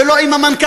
ולא עם המנכ"ל,